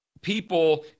people